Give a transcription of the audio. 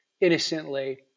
innocently